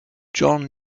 john